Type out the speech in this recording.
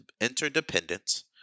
interdependence